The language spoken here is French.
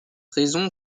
raison